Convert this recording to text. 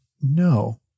No